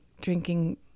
drinking